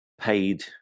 paid